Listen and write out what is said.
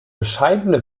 bescheidene